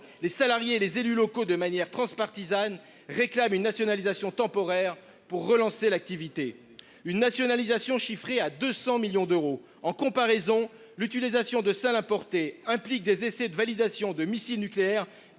les salariés et les élus locaux, de manière transpartisane, réclament une nationalisation temporaire pour relancer l’activité. Le coût d’une telle mesure a été chiffré à 200 millions d’euros. En comparaison, l’utilisation de sel importé implique des essais de validation de missiles nucléaires